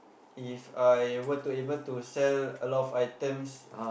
If I were to able to sell a lot of items